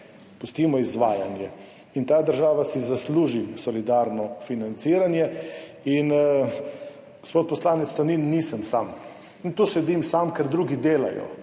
pustimo izvajanje. Ta država si zasluži solidarno financiranje. Gospod poslanec Tonin, nisem sam. Tu sedim sam, ker drugi delajo.